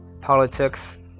Politics